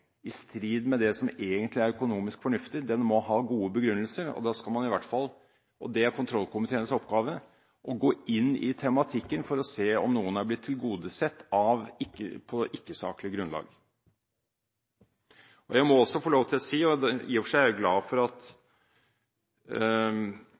i strid med det som egentlig er økonomisk fornuftig – må ha gode begrunnelser. Og da skal man i hvert fall – og det er kontrollkomiteen oppgave – gå inn i tematikken for å se om noen har blitt tilgodesett på et ikke-saklig grunnlag. Jeg er i og for seg glad for at